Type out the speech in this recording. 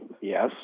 yes